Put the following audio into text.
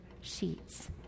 sheets